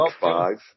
five